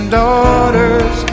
daughters